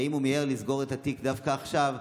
האם הוא מיהר לסגור את התיק דווקא עכשיו,